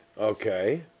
Okay